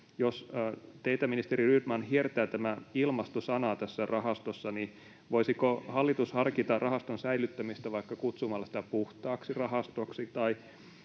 Jos teitä, ministeri Rydman, hiertää tämä ilmasto-sana tässä rahastossa, voisiko hallitus harkita rahaston säilyttämistä vaikka kutsumalla sitä puhtaaksi rahastoksi